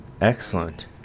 Excellent